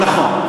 חילול, נכון.